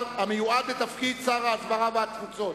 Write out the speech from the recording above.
המיועד לתפקיד שר ההסברה והתפוצות.